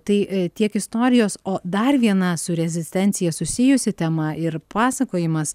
tai tiek istorijos o dar viena su rezistencija susijusi tema ir pasakojimas